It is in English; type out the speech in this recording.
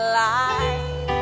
light